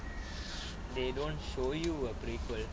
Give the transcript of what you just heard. they don't show you a prequel